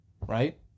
Right